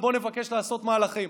אז בואו נבקש לעשות מהלכים.